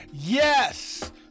Yes